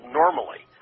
normally